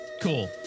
Cool